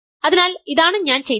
അതിനാൽ ഇതാണ് ഞാൻ ചെയ്തത്